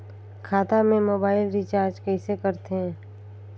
खाता से mobile recharge कइसे करथे